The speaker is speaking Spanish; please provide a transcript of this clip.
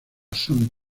sede